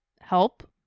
Help